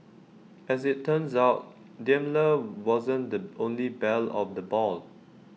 as IT turns out Daimler wasn't the only belle of the ball